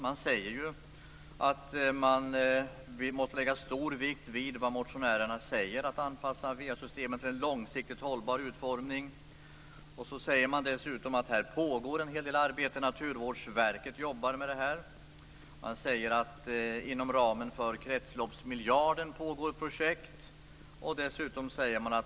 Man säger att det måste läggas stor vikt vid vad motionärerna säger när det gäller att anpassa va-systemet till en långsiktigt hållbar utveckling. Dessutom sägs det att det här pågår en hel del arbete. Naturvårdsverket arbetar med frågan. Inom ramen för kretsloppsmiljarden pågår det projekt.